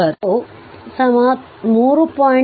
ಮತ್ತು τ 3